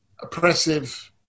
oppressive